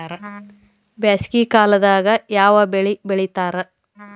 ಬ್ಯಾಸಗಿ ಕಾಲದಾಗ ಯಾವ ಬೆಳಿ ಬೆಳಿತಾರ?